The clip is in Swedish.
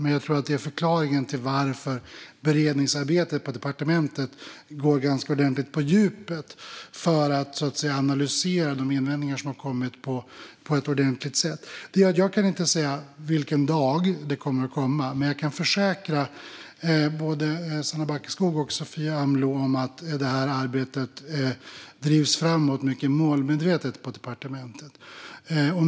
Men jag tror att det är förklaringen till att beredningsarbetet på departementet går ganska ordentligt på djupet för att analysera de invändningar som har kommit på ett ordentligt sätt. Jag kan inte säga vilken dag propositionen kommer att komma. Men jag kan försäkra både Sanna Backeskog och Sofia Amloh att arbetet drivs framåt mycket målmedvetet på departementet.